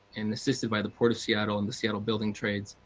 and assisted by the port of seattle and seattle building trades.